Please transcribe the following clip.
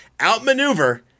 outmaneuver